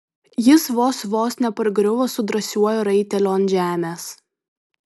jis vos vos nepargriuvo su drąsiuoju raiteliu ant žemės